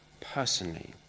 personally